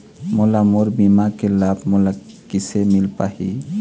मोला मोर बीमा के लाभ मोला किसे मिल पाही?